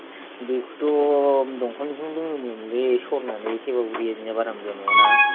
दैखौथ' दमखलनिखौनो लोङोमोनलै सरनानै थेवबाबो दैया बारा मोजां नङाना